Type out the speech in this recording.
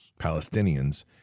Palestinians